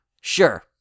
Sure